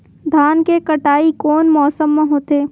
धान के कटाई कोन मौसम मा होथे?